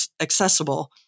accessible